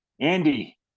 Andy